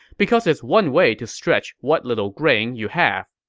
because it's one way to stretch what little grain you have.